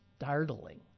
startling